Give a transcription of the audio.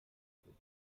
بود